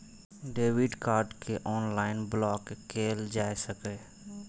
debit card कें online block कैल जा सकैए